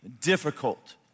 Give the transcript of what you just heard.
difficult